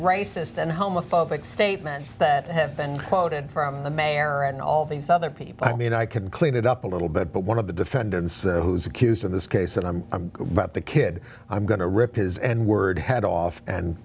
racist and homophobic statements that have been quoted from the mayor and all these other people i mean i can clean it up a little bit but one of the defendants who's accused in this case that i'm about the kid i'm going to rip his and word head off and